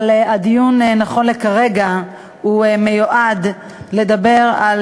אבל הדיון, נכון לכרגע, מיועד לדיבור על